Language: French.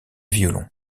violon